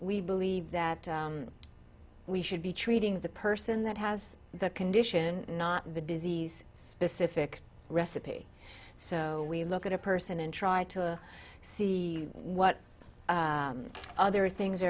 we believe that we should be treating the person that has the condition not the disease specific recipe so we look at a person and try to see what other things